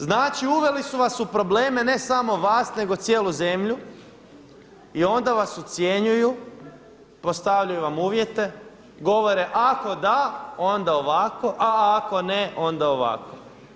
Znači uveli su vas u probleme ne samo vas nego cijelu zemlju i onda vas ucjenjuju, postavljaju vam uvjete, govore ako da, onda ovako, a ako ne, onda ovako.